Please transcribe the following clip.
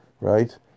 right